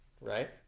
right